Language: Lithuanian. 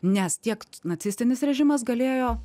nes tiek nacistinis režimas galėjo